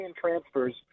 transfers